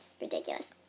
ridiculous